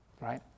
right